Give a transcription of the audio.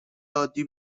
عادی